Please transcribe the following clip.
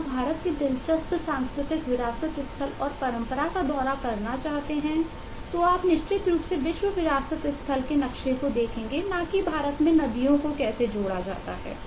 और आप भारत के दिलचस्प सांस्कृतिक विरासत स्थल और परंपरा का दौरा करना चाहते हैं आप निश्चित रूप से विश्व विरासत स्थल के नक्शे को देखेंगे ना कि भारत में नदियों को कैसे जोड़ा जाता है